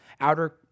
outer